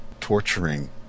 torturing